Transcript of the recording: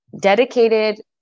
dedicated